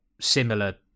similar